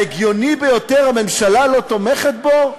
ההגיוני ביותר, הממשלה לא תומכת בו?